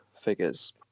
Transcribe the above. figures